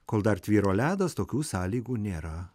kol dar tvyro ledas tokių sąlygų nėra